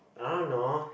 I don't know